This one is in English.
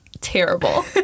terrible